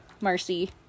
Marcy